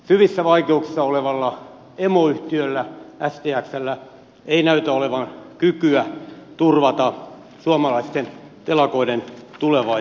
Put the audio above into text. syvissä vaikeuksissa olevalla emoyhtiöllä stxllä ei näytä olevan kykyä turvata suomalaisten telakoiden tulevaisuutta